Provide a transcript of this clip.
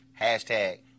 Hashtag